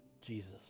jesus